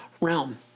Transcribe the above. realm